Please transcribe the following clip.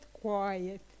quiet